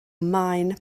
maen